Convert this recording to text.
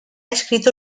escrito